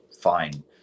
fine